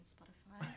Spotify